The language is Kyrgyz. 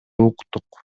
уктук